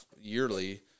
yearly